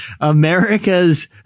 America's